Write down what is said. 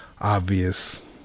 obvious